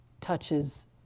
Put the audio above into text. touches